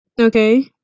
Okay